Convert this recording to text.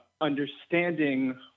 understanding